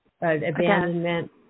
Abandonment